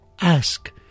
ask